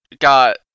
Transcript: got